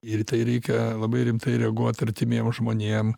ir tai reikia labai rimtai reaguot artimiem žmonėm